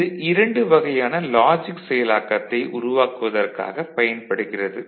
இது 2 வகையான லாஜிக் செயலாக்கத்தை உருவாக்குவதற்காக பயன்படுகிறது